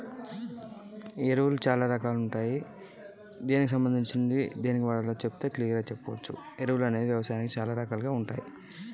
ఎరువులు ఎన్ని రకాలు?